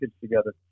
together